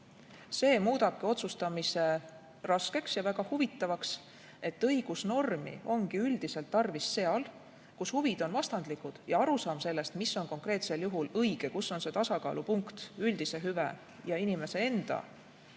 See muudabki otsustamise raskeks ja väga huvitavaks, et õigusnormi ongi üldiselt tarvis seal, kus huvid on vastandlikud. Ja arusaam sellest, mis on konkreetsel juhul õige, kus on see tasakaalupunkt üldise hüve ja inimese enda